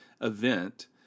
event